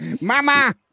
Mama